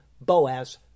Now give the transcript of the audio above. Boaz